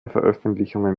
veröffentlichungen